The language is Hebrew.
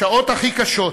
בשעות הכי קשות,